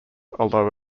although